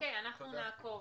אנחנו נעקוב.